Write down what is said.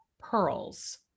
Pearls